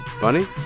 Bunny